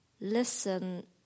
listen